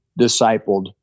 discipled